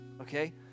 okay